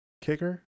kicker